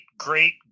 great